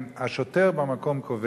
אבל כאשר השוטר בא אל האזרח החרדי,